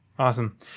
Awesome